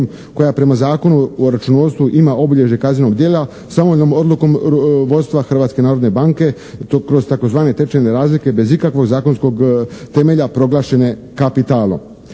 koja prema Zakonu o računovodstvu ima obilježje kaznenog djela samovoljnom odlukom vodstva Hrvatske narodne banke kroz tzv. tečajne razlike bez ikakvog zakonskog temelja proglašene kapitalom.